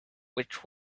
which